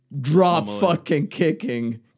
drop-fucking-kicking